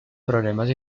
problemas